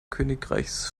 königreichs